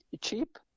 cheap